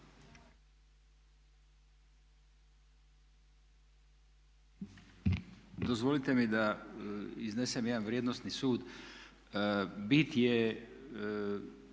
Dozvolite mi da iznesem jedan vrijednosni sud.